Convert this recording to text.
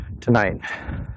tonight